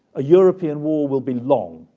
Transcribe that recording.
a european war will be long,